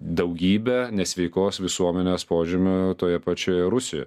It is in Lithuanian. daugybę nesveikos visuomenės požymių toje pačioje rusijoje